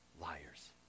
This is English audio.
liars